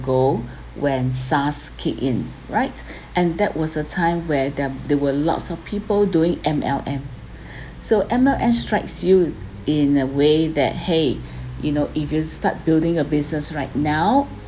ago when SARS kick in right and that was a time where there're there were lots of people doing M_L_M so M_L_M strikes you in a way that !hey! you know if you start building a business right now